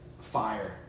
fire